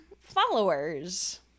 followers